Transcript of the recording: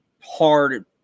hard